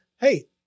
Hey